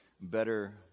better